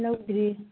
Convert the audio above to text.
ꯂꯧꯗ꯭ꯔꯤ